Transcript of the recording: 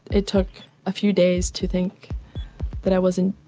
it took a few days to think that i wasn't.